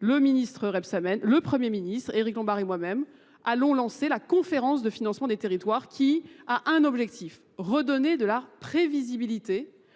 le premier ministre Eric Lambert et moi-même allons lancer la conférence de financement des territoires qui a un objectif, redonner de la prévisibilité